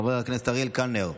חבר הכנסת אריאל קלנר,